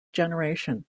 generation